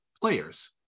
players